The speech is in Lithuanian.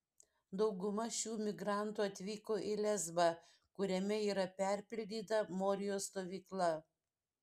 dauguma šių migrantų atvyko į lesbą kuriame yra perpildyta morijos stovykla